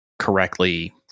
correctly